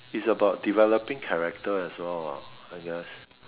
is about developing character as well lah I guess